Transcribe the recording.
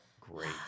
great